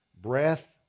breath